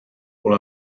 all